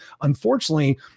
unfortunately